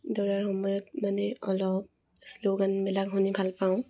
দৌৰাৰ সময়ত মানে অলপ শ্ল' গানবিলাক শুনি ভাল পাওঁ